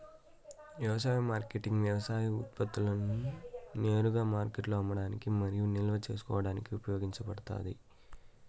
వ్యవసాయ మార్కెటింగ్ వ్యవసాయ ఉత్పత్తులను నేరుగా మార్కెట్లో అమ్మడానికి మరియు నిల్వ చేసుకోవడానికి ఉపయోగపడుతాది